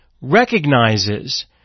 recognizes